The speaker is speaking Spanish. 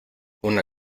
una